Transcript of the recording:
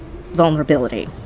vulnerability